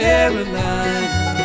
Carolina